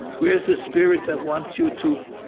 where's the spirit that wants you to